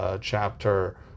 chapter